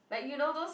like you know those